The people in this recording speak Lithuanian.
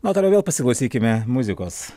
na o toliau vėl pasiklausykime muzikos